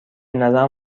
نظرم